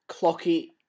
Clocky